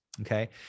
okay